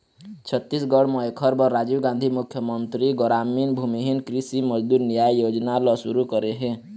छत्तीसगढ़ म एखर बर राजीव गांधी मुख्यमंतरी गरामीन भूमिहीन कृषि मजदूर नियाय योजना ल सुरू करे हे